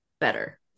better